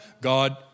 God